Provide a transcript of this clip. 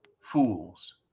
fools